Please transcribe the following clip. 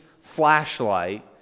flashlight